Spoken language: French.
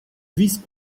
vice